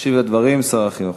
ישיב על הדברים שר החינוך.